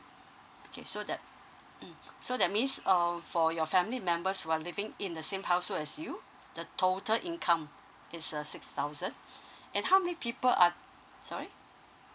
okay so that mm so that means um for your family members who are living in the same household as you the total income it's uh six thousand and how many people are sorry